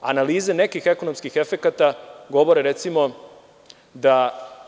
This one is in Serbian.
Analize nekih ekonomskih efekata govore, recimo, da